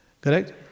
correct